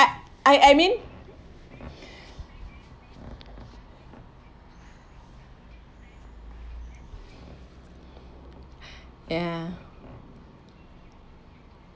I I mean ya